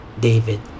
David